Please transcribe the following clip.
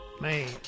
man